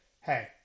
hey